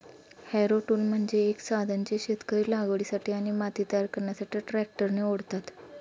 Harrow tool म्हणजे एक साधन जे शेतकरी लागवडीसाठी आणि माती तयार करण्यासाठी ट्रॅक्टरने ओढतात